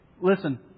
Listen